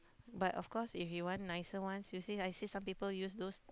but of course if you want nicer ones you see I see some people use those